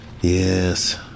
Yes